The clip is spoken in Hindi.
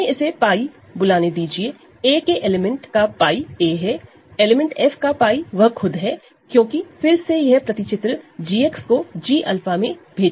हमें इसे 𝜑 बुलाने दीजिए a के एलिमेंट का 𝜑 a है एलिमेंट F का 𝜑 वह खुद है क्योंकि फिर से यह मैप g को g𝛂 में भेजता है